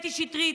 שקטי שטרית